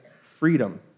freedom